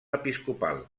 episcopal